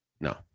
No